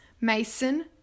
Mason